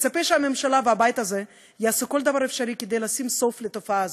נצפה שהממשלה והבית הזה יעשו כל דבר אפשרי כדי לשים סוף לתופעה הזאת.